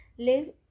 Live